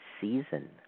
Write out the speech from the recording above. season